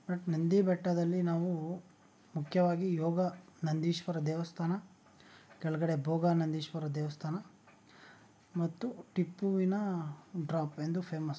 but Nandi ಬೆಟ್ಟದಲ್ಲಿ ನಾವು ಮುಖ್ಯವಾಗಿ ಯೋಗ ನಂದೀಶ್ವರ ದೇವಸ್ಥಾನ ಕೆಳಗಡೆ ಭೋಗ ನಂದೀಶ್ವರ ದೇವಸ್ಥಾನ ಮತ್ತು ಟಿಪ್ಪುವಿನ ಡ್ರಾಪ್ ಎಂದು ಫೇಮಸ್ ಆಗಿದೆ